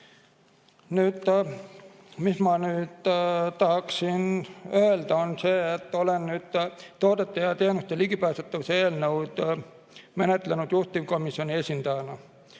Nüüd, mis ma tahaksin öelda, on see, et olen toodete ja teenuste ligipääsetavuse eelnõu menetlenud juhtivkomisjoni esindajana.